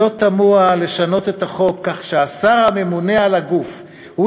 לא תמוה לשנות את החוק כך שהשר הממונה על הגוף הוא